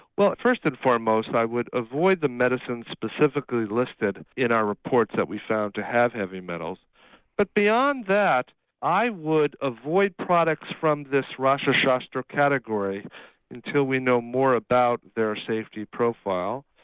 well first and foremost i would avoid the medicines specifically listed in our reports that we found to have heavy metals but beyond that i would avoid products from this rasa shastra category until we know more about their safety profile.